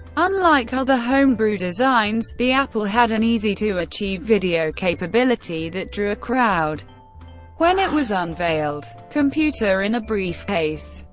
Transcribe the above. unlike other homebrew designs, the apple had an easy-to-achieve video capability that drew a crowd when it was unveiled. computer in a briefcase.